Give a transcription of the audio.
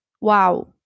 wow